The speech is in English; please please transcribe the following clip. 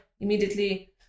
immediately